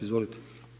Izvolite.